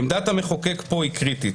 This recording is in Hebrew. עמדת המחוקק פה היא קריטית.